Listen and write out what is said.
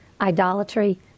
idolatry